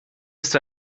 ist